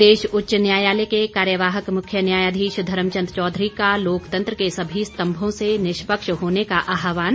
प्रदेश उच्च न्यायालय के कार्यवाहक मुख्य न्यायाधीश धर्मचंद चौधरी का लोकतंत्र के सभी स्तंभों से निष्पक्ष होने का आहवान